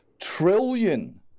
trillion